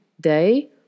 day